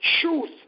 truth